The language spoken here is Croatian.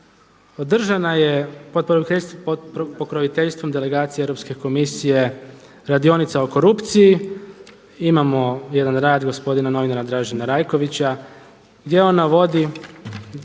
održana je pod pokroviteljstvom delegacije Europske komisije radionica o korupciji, imamo jedan rad gospodina novinara Dražena Rajkovića gdje on navodi